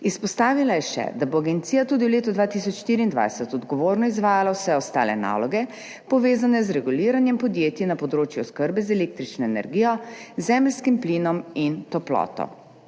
Izpostavila je še, da bo agencija tudi v letu 2024 odgovorno izvajala vse ostale naloge, povezane z reguliranjem podjetij na področju oskrbe z električno energijo, zemeljskim plinom in toploto,